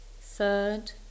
third